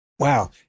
Wow